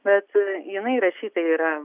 bet jinai įrašyta yra